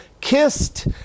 kissed